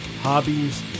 hobbies